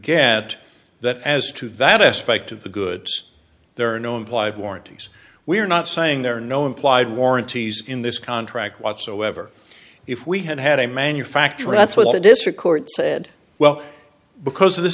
get that as to that aspect of the goods there are no implied warranties we're not saying there are no implied warranties in this contract whatsoever if we had had a manufacturer that's what the district court said well because this